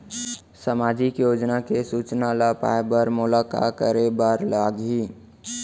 सामाजिक योजना के सूचना ल पाए बर मोला का करे बर लागही?